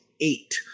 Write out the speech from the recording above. eight